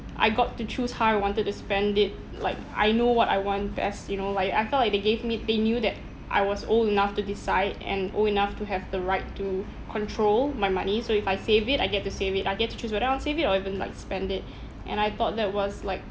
I got to choose how I wanted to spend it like I know what I want best you know like I felt like they gave me they knew that I was old enough to decide and old enough to have the right to control my money so if I save it I get to save it I get to choose whether I want to save it or even like spend it and I thought that was like